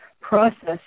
process